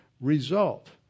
result